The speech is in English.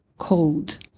Cold